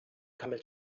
camel